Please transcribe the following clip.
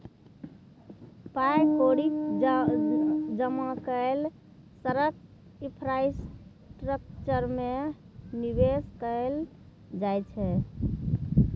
पाइ कौड़ीक जमा कए शहरक इंफ्रास्ट्रक्चर मे निबेश कयल जाइ छै